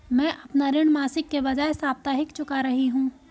मैं अपना ऋण मासिक के बजाय साप्ताहिक चुका रही हूँ